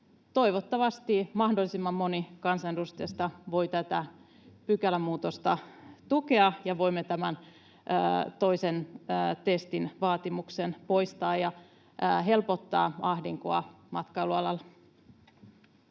Toivottavasti mahdollisimman moni kansanedustajista voi tätä pykälämuutosta tukea ja voimme tämän toisen testin vaatimuksen poistaa ja helpottaa ahdinkoa matkailualalla.